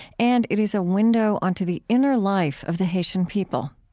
and it is a window onto the inner life of the haitian people.